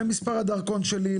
זה מספר הדרכון שלי,